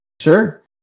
Sure